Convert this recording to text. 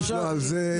יש לו על זה...